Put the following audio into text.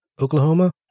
Oklahoma